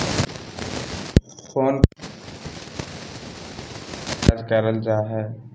phone पे के माध्यम से बिल भुगतान आर रिचार्ज करल जा हय